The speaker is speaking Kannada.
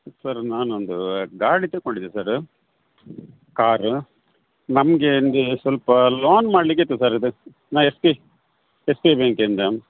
ಸರ್ ನಾನೊಂದೂ ಗಾಡಿ ತಕೊಂಡಿದೆ ಸರ್ ಕಾರ್ ನಮಗೆ ಅಂದೇ ಸ್ವಲ್ಪಾ ಲೋನ್ ಮಾಡಲಿಕಿತ್ತು ಸರ್ ಅದ ನಾ S P S B I ಬ್ಯಾಂಕಿಂದ